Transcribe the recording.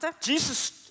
Jesus